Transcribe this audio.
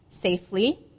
safely